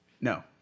No